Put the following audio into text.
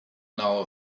now